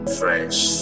fresh